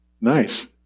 Nice